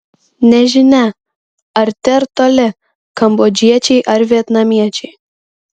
nežinia arti ar toli kambodžiečiai ar vietnamiečiai